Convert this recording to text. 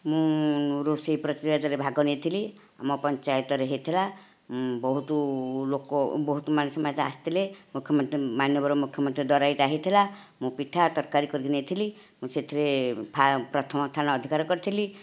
ମୁଁ ରୋଷେଇ ପ୍ରତିଯୋଗିତା ରେ ଭାଗ ନେଇଥିଲି ଆମ ପଞ୍ଚାୟତରେ ହୋଇଥିଲା ବହୁତ ଲୋକ ବହୁତ ମାନ ସମାଜ ଆସିଥିଲେ ମାନ୍ୟବର ମୁଖ୍ୟମନ୍ତ୍ରୀ ଙ୍କ ଦ୍ୱାରା ଏଇଟା ହୋଇଥିଲା ମୁଁ ପିଠା ତରକାରୀ କରି ନେଇଥିଲି ମୁଁ ସେଥିରେ ପ୍ରଥମ ସ୍ଥାନ ଅଧିକାର କରିଥିଲି